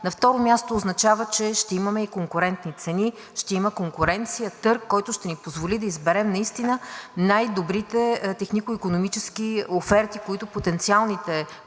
на второ място, означава, че ще имаме и конкурентни цени, ще има конкуренция, търг, който ще ни позволи да изберем най-добрите технико-икономически оферти, които потенциалните производители